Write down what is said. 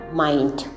mind